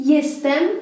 Jestem